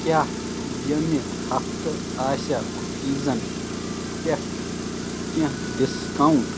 کیٛاہ ییٚمہِ ہفتہٕ آسیا کُکیٖزن پٮ۪ٹھ کینٛہہ ڈسکاونٹ